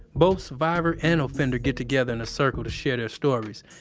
both survivor and offender get together in a circle to share their stories,